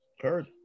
heard